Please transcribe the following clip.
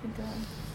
gitu lah